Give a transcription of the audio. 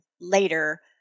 later